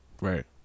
Right